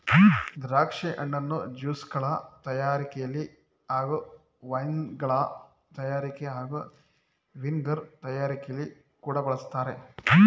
ದ್ರಾಕ್ಷಿ ಹಣ್ಣನ್ನು ಜ್ಯೂಸ್ಗಳ ತಯಾರಿಕೆಲಿ ಹಾಗೂ ವೈನ್ಗಳ ತಯಾರಿಕೆ ಹಾಗೂ ವಿನೆಗರ್ ತಯಾರಿಕೆಲಿ ಕೂಡ ಬಳಸ್ತಾರೆ